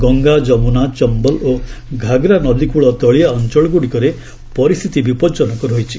ଗଙ୍ଗା ଯମୁନା ଚମ୍ଘଲ୍ ଓ ଘାଘ୍ରା ନଦୀକୂଳ ତଳିଆ ଅଞ୍ଚଳଗୁଡ଼ିକରେ ପରିସ୍ଥିତି ବିପଜନକ ରହିଛି